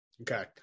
Okay